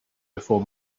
before